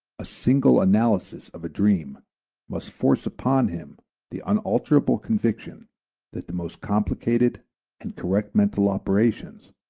a single analysis of a dream must force upon him the unalterable conviction that the most complicated and correct mental operations,